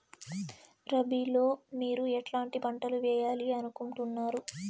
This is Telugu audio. రబిలో మీరు ఎట్లాంటి పంటలు వేయాలి అనుకుంటున్నారు?